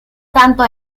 tanto